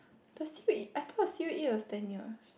the c_o_e I thought the c_o_e was ten year